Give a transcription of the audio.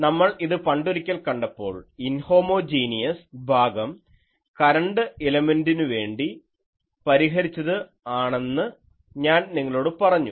നമ്മൾ ഇത് പണ്ടൊരിക്കൽ കണ്ടപ്പോൾ ഇൻഹോമോജീനിയസ് ഭാഗം കരണ്ട് ഇലമെൻ്റിനുവേണ്ടി പരിഹരിച്ചത് ആണെന്ന് ഞാൻ നിങ്ങളോടു പറഞ്ഞു